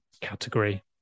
category